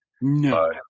No